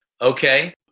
Okay